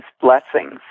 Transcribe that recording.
blessings